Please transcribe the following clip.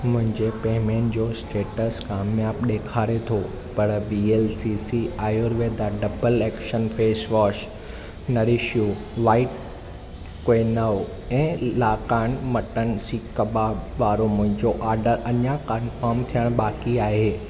मुंहिंजे पेमेंट जो स्टेटस काम्याब ॾेखारे थो पर V L C C Ayurveda double action facewash nourish you white quinoa ऐं ला कान मटन सीख़ कबाब वारो मुंहोंजो ऑडर अञां कन्फम थियणु बाक़ी आहे